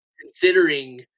considering